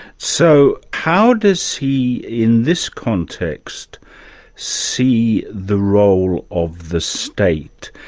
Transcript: so, how does he in this context see the role of the state?